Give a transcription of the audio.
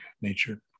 nature